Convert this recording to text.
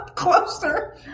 closer